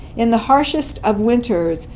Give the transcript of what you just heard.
in the harshest of winters,